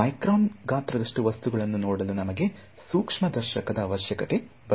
micron ಗಾತ್ರದಷ್ಟು ವಸ್ತುಗಳನ್ನು ನೋಡಲು ನಮಗೆ ಸೂಕ್ಷ್ಮದರ್ಶಕದ ಅವಶ್ಯಕತೆ ಬರುತ್ತದೆ